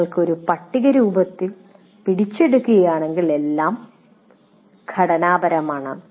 നിങ്ങൾ ഒരു പട്ടികയുടെ രൂപത്തിൽ പിടിച്ചെടുക്കുകയാണെങ്കിൽ എല്ലാം ഘടനാപരമാണ്